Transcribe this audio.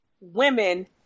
women